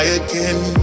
again